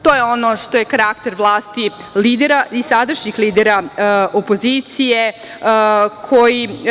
To je ono što je karakter vlasti lidera i sadašnjih lidera opozicije koji.